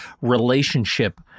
relationship